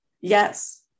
Yes